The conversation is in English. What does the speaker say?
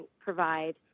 provide